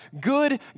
Good